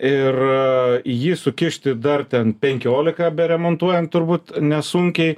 ir į jį sukišti dar ten penkiolika beremontuojant turbūt nesunkiai